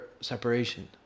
separation